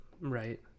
Right